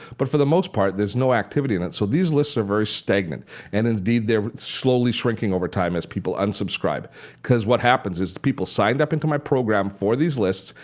but for the most part there's no activity in it. so these lists are very stagnant and indeed they are slowly shrinking overtime as people unsubscribe because what happens is people signed up into my program for these lists,